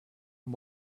and